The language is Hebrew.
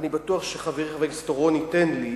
אני בטוח שחברי חבר הכנסת אורון ייתן לי.